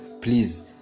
please